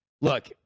look